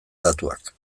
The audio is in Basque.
datuak